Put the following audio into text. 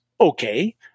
okay